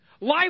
Life